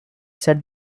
said